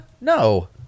No